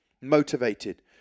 motivated